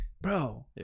Bro